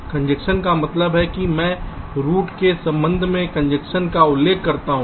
congestion का मतलब है कि मैं रूट के संबंध में कंजेशन का उल्लेख करता हूं